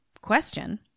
question